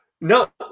no